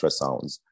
ultrasounds